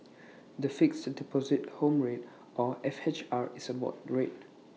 the Fixed Deposit Home Rate or F H R is A board rate